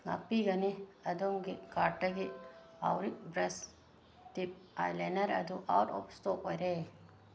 ꯉꯥꯛꯄꯤꯒꯅꯤ ꯑꯗꯣꯝꯒꯤ ꯀꯥꯔꯗꯇꯒꯤ ꯑꯥꯎꯔꯤꯛ ꯕ꯭ꯔꯁ ꯇꯤꯞ ꯑꯥꯏꯂꯥꯏꯅꯔ ꯑꯗꯨ ꯑꯥꯎꯠ ꯑꯣꯞ ꯏꯁꯇꯣꯛ ꯑꯣꯏꯔꯦ